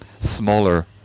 smaller